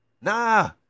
Nah